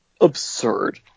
absurd